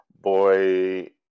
boy